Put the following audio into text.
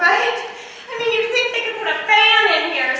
right here